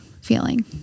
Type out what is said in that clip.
feeling